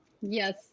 Yes